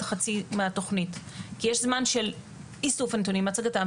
חצי מהתוכנית כי יש זמן של איסוף הנתונים והצגתם,